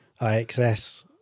IXS